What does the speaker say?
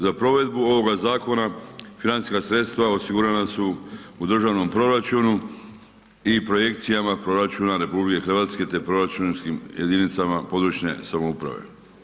Za provedbu ovog zakona financijska sredstva osigurana su u državnom proračunu i projekcijama proračuna RH te proračunskim jedinicama područne samouprave.